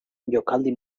jokaldi